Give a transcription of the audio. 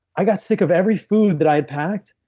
i got sick of every food that i packed.